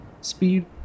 speed